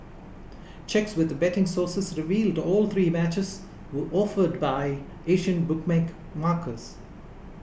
checks with betting sources revealed all three matches were offered by Asian bookmaker markers